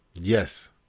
Yes